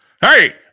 Hey